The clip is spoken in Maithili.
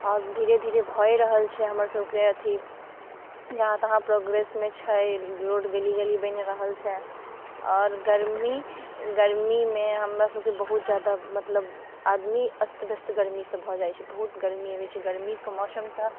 आब धीरे धीरे भइए रहल छै हमरसबके अथी जहाँ तहाँ प्रोग्रेसमे छै रोड गली गली बनि रहल छै आओर गरमी गरमीमे हमरासबके बहुत ज्यादा मतलब आदमी अस्तव्यस्त गरमीसँ भऽ जाइ छै बहुत गरमी होइ छै गरमीके मौसम तऽ